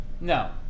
No